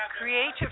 creative